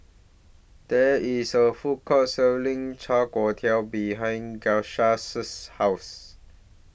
There IS A Food Court Selling Char Kway Teow behind Grisel's House